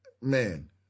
man